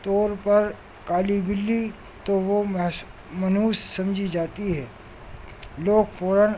طور پر کالی بلی تو وہ منحوس سمجھی جاتی ہے لوگ فوراً